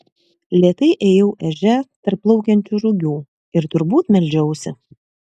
lėtai ėjau ežia tarp plaukiančių rugių ir turbūt meldžiausi